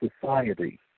society